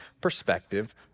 perspective